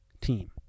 team